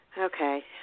Okay